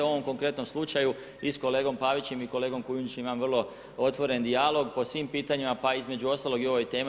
U ovom konkretnom slučaju i sa kolegom Pavićem i sa kolegom Kujundžićem imam vrlo otvoren dijalog po svim pitanjima pa između ostalog i o ovoj temi.